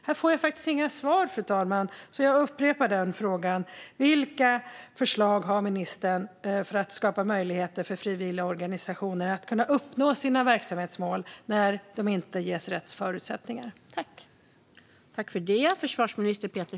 Här får jag inga svar, fru talman. Jag upprepar frågan: Vilka förslag har ministern för att skapa möjligheter för frivilligorganisationer att uppnå sina verksamhetsmål när de inte ges rätt förutsättningar?